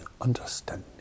understanding